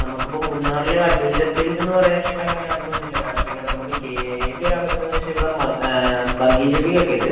നമുക്ക് ഇപ്പം മുന്നാറിൽ അഡ്വഞ്ചർ പ്ലേസ് എന്ന് പറയാനായിട്ട് അങ്ങനെ അധികം ഒന്നും ഇല്ല മാഡം പിന്നെ നമുക്ക് ചെയ്തുതരാൻ പറ്റുന്നതെന്ന് വെച്ചാൽ ഇവിടെ ബംജി ജമ്പിംഗ് ഒക്കെ ഉണ്ട്